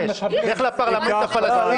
הצבעה